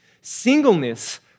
Singleness